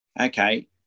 okay